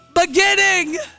beginning